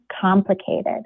complicated